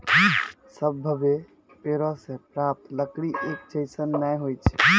सभ्भे पेड़ों सें प्राप्त लकड़ी एक जैसन नै होय छै